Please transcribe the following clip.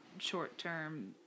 short-term